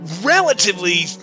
relatively